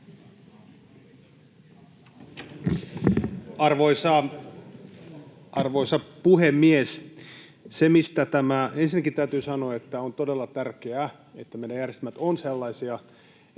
Arvoisa puhemies! Ensinnäkin täytyy sanoa, että on todella tärkeää, että meidän järjestelmät ovat sellaisia, että